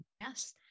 Yes